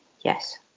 Yes